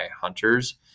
hunters